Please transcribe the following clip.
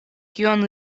kion